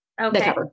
Okay